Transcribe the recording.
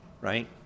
right